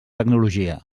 tecnologia